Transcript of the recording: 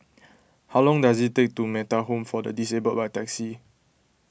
how long does it take to Metta Home for the Disabled by taxi